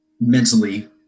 mentally